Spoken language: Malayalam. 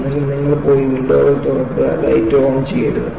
ഒന്നുകിൽ നിങ്ങൾ പോയി വിൻഡോകൾ തുറക്കുക ലൈറ്റ് ഓൺ ചെയ്യരുത്